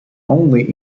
only